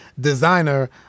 Designer